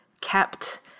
kept